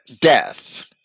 death